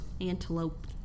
antelope